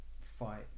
fight